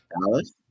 Dallas